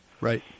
Right